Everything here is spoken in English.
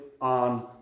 on